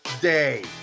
Day